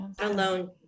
alone